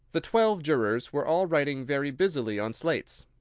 the twelve jurors were all writing very busily on slates.